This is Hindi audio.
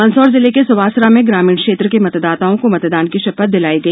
मंदसौर जिले के सुवासरा में ग्रामीण क्षेत्र के मतदाताओं को मतदान की शपथ दिलाई गई